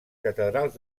catedrals